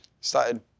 started